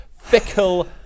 fickle